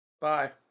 Bye